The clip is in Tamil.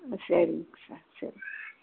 சரிங்க சார் சரி